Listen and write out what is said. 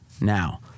Now